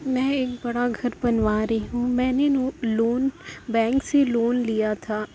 میں ایک بڑا گھر بنوا رہی ہوں میں نے لون بینک سے لون لیا تھا